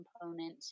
component